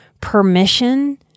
permission